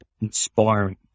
inspiring